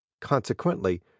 Consequently